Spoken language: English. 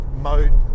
mode